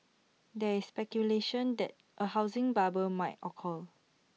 there is speculation that A housing bubble may occur